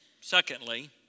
secondly